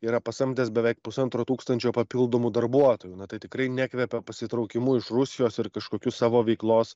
yra pasamdęs beveik pusantro tūkstančio papildomų darbuotojų na tai tikrai nekvepia pasitraukimu iš rusijos ir kažkokiu savo veiklos